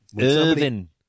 Irvin